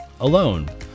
Alone